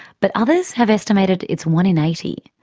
but others have estimated it's one in eighty.